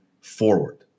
forward